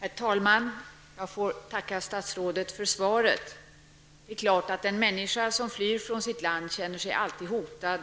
Herr talman! Jag tackar statsrådet för svaret. Det är klart att en människa som flyr från sitt land alltid känner sig hotad.